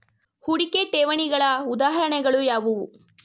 ಹೂಡಿಕೆ ಠೇವಣಿಗಳ ಉದಾಹರಣೆಗಳು ಯಾವುವು?